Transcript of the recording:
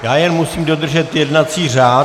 Já jen musím dodržet jednací řád.